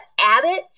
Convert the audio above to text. Abbott